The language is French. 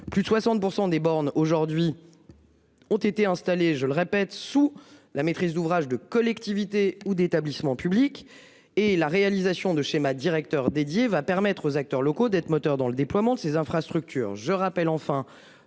Plus de 60% des bornes aujourd'hui. Ont été installés. Je le répète, sous la maîtrise d'ouvrage de collectivité ou d'établissements publics et la réalisation de schéma directeur dédié va permettre aux acteurs locaux, d'être moteur dans le déploiement de ses infrastructures.